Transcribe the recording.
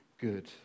good